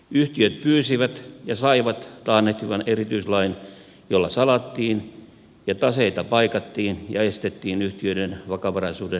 yhtiöt pyysivät ja saivat taannehtivan erityislain jolla salattiin ja taseita paikattiin ja estettiin yhtiöiden vakavaraisuuden mureneminen